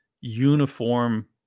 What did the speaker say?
uniform